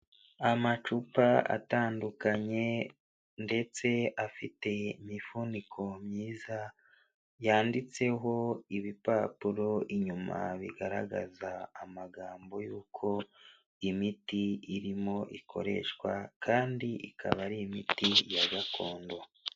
Amacupa atandukanye ndetse afite imifuniko myiza, yanditseho ibipapuro inyuma bigaragaza amagambo yuko imiti irimo ikoreshwa, kandi ikaba ari imiti ya gakondo.